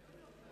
אדוני